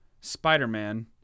Spider-Man